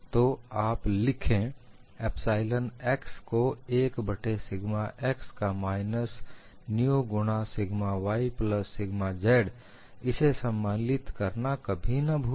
तो आप लिखें एपसाइलन एक्स को एक बट्टे सिग्मा एक्स का E माइनस न्यू गुणा sigma y plus sigma z इसे सम्मिलित करना कभी ना भूले